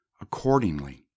Accordingly